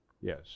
Yes